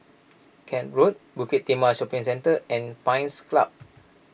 Kent Road Bukit Timah Shopping Centre and Pines Club